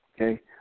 Okay